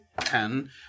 Ten